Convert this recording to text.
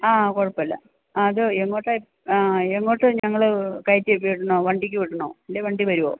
ആ കുഴപ്പമില്ല ആ അത് എങ്ങോട്ടാണ് ആ എങ്ങോട്ട് ഞങ്ങൾ കയറ്റി വിടണോ വണ്ടിക്ക് വിടണോ അല്ലേ വണ്ടി വരുമോ